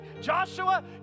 Joshua